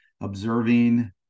observing